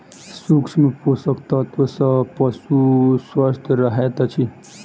सूक्ष्म पोषक तत्व सॅ पशु स्वस्थ रहैत अछि